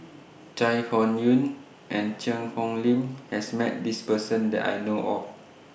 Chai Hon Yoong and Cheang Hong Lim has Met This Person that I know of